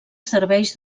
serveis